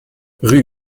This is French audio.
rue